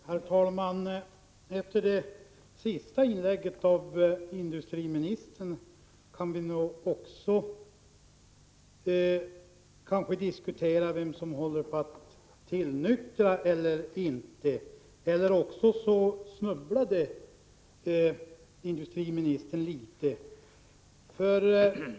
Herr talman! Efter det senaste inlägget av industriministern kan vi kanske diskutera vem som håller på att tillnyktra — eller också snubblade industriministern litet.